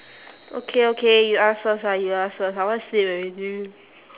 okay okay you ask first ah you ask first I want sleep already